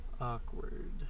Awkward